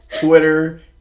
Twitter